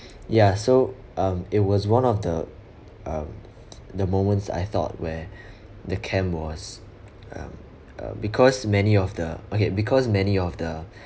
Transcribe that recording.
ya so um it was one of the um the moments I thought where the camp was um uh because many of the okay because many of the